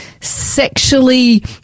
sexually